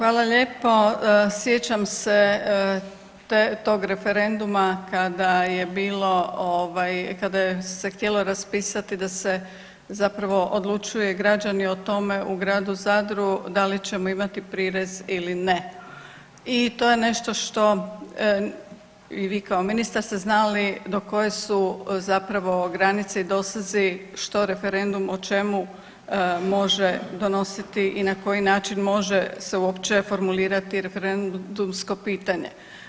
Da, hvala lijepo, sjećam se tog referenduma kada je bilo ovaj kada se htjelo raspisat da se zapravo odlučuje građani o tome u gradu Zadru da li ćemo imati prirez ili ne i to je nešto što i vi kao ministar ste znali do koje su zapravo granice i dosezi što referendum, o čemu može donositi i na koji način može se uopće formulirati referendumsko pitanje.